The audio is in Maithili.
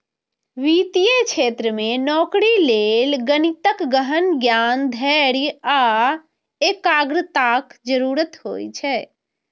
वित्तीय क्षेत्र मे नौकरी लेल गणितक गहन ज्ञान, धैर्य आ एकाग्रताक जरूरत होइ छै